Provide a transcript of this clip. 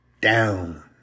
down